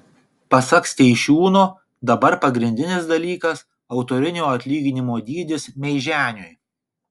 pasak steišiūno dabar pagrindinis dalykas autorinio atlyginimo dydis meiženiui